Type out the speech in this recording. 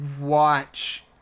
watch